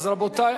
רבותי,